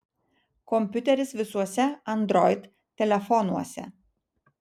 kompiuteris visuose android telefonuose